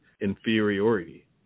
inferiority